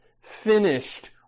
finished